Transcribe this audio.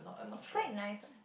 it's quite nice what